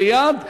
ליד,